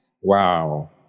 Wow